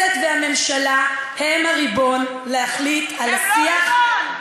הכנסת והממשלה הן הריבון להחליט על השיח.